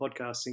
podcasting